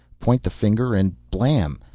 point the finger and blamm,